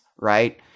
right